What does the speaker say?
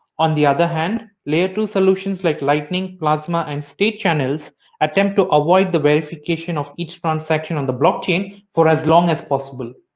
on the other hand, layer two solutions like lightning, plasma and state channels attempt to avoid the verification of each transaction on the blockchain for as long as possible.